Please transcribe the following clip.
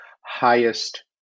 highest